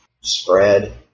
spread